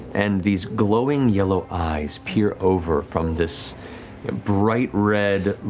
and these glowing yellow eyes peer over from this bright red,